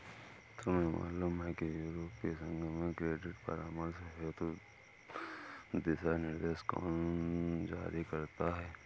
तुम्हें मालूम है कि यूरोपीय संघ में क्रेडिट परामर्श हेतु दिशानिर्देश कौन जारी करता है?